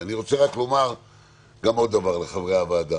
אני רוצה לומר עוד דבר לחברי הוועדה